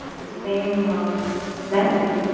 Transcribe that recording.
the same message,